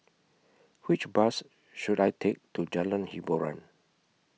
Which Bus should I Take to Jalan Hiboran